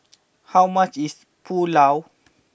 how much is Pulao